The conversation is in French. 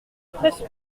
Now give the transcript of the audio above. presse